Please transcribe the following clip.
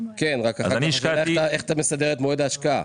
אז אני השקעתי -- כן אחר כך איך אתה מסדר את מועד ההשקעה?